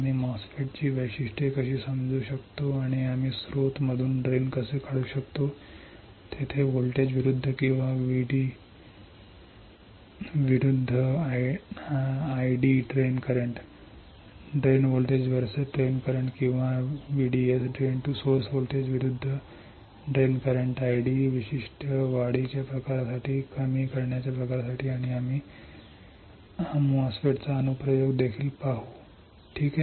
आम्ही MOSFET वैशिष्ट्ये कशी समजू शकतो आणि आम्ही स्त्रोत VDS मधून ड्रेन कसे काढू शकतो तेथे व्होल्टेज विरुद्ध किंवा VD विरुद्ध ID किंवा VDS विरुद्ध ID ड्रेन वैशिष्ट्ये वाढीच्या प्रकारासाठी कमी करण्याच्या प्रकारासाठी आणि आम्ही एमओएसएफईटीचा अनुप्रयोग देखील पाहू ठीक आहे